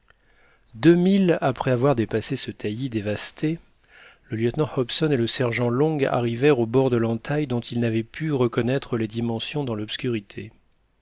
milles après avoir dépassé ce taillis dévasté le lieutenant hobson et le sergent long arrivèrent au bord de l'entaille dont ils n'avaient pu reconnaître les dimensions dans l'obscurité